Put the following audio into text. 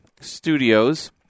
studios